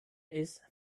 its